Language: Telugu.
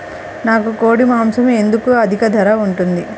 నాకు కోడి మాసం ఎందుకు అధిక ధర ఉంటుంది?